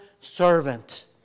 servant